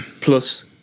plus